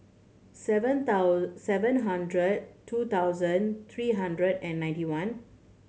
seven seven hundred two thousand three hundred and ninety one